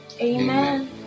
Amen